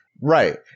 Right